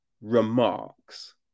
remarks